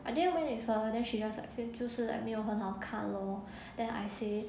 I didn't went with her then she just like say 就是 like 没有很好看 loh then I say